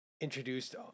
introduced